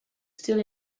still